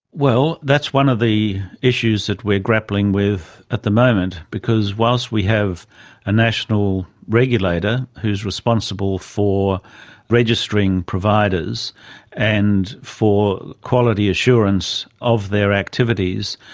well, that's one of the issues that we are grappling with at the moment because whilst we have a national regulator who is responsible for registering providers and for quality assurance of their activities,